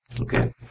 Okay